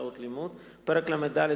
שעות לימוד); פרק ל"ד,